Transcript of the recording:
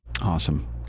Awesome